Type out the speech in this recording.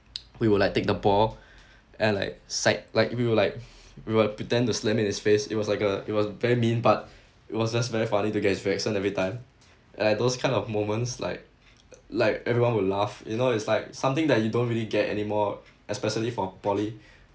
we will like take the ball and like side like we will like we will pretend to slammed it in his face it was like uh it was very mean but it was just very funny to get his reaction every time and like those kind of moments like like everyone will laugh you know it's like something that you don't really get anymore especially for poly